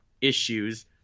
issues